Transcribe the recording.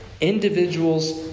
individuals